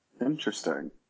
Interesting